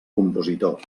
compositor